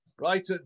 right